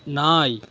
நாய்